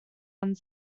one